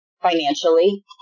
financially